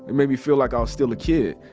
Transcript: it made me feel like i was still a kid,